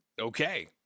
Okay